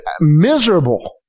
miserable